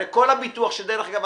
הרי כל הביטוח שדרך אגב,